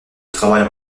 travaille